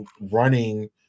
running